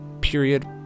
period